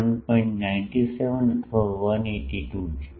97 અથવા 182 છે